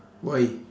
why